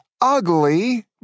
ugly